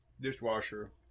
dishwasher